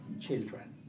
children